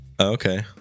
Okay